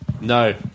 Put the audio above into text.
No